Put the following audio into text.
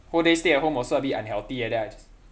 whole day stay at home also a bit unhealthy eh then I just